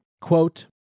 Quote